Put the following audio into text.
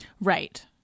Right